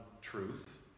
truth